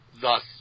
thus